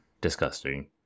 disgusting